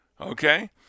Okay